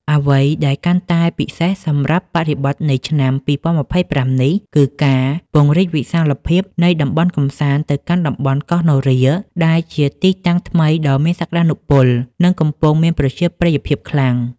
អ្វីដែលកាន់តែពិសេសសម្រាប់បរិបទនៃឆ្នាំ ២០២៥ នេះ គឺការពង្រីកវិសាលភាពនៃតំបន់កម្សាន្តទៅកាន់តំបន់កោះនរា ដែលជាទីតាំងថ្មីដ៏មានសក្តានុពល និងកំពុងមានប្រជាប្រិយភាពខ្លាំង។